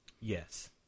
Yes